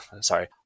Sorry